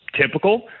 typical